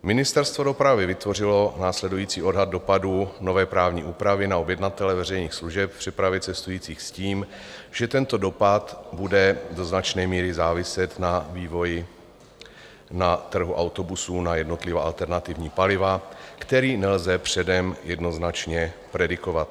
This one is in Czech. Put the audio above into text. Ministerstvo dopravy vytvořilo následující odhad dopadů nové právní úpravy na objednatele veřejných služeb v přepravě cestujících s tím, že tento dopad bude do značné míry záviset na vývoji na trhu autobusů na jednotlivá alternativní paliva, který lze předem jednoznačně predikovat.